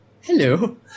hello